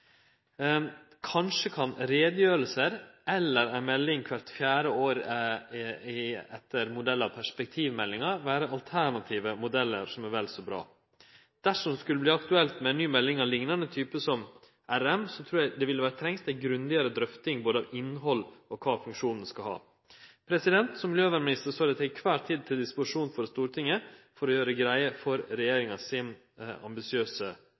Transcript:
Kanskje kan utgreiingar eller ei melding kvart fjerde år etter modell av perspektivmeldinga, vere alternative modellar som er vel så bra. Dersom det skulle verte aktuelt med ei ny melding av liknande type som RM, trur eg det trengst ei grundigare drøfting av både innhald og kva funksjon ho skal ha. Som miljøvernminister står eg til kvar tid til disposisjon for Stortinget for å gjere greie for regjeringas ambisiøse